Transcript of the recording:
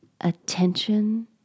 attention